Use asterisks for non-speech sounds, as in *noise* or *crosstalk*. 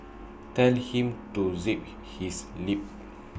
tell him to zip *noise* his lip